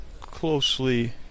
closely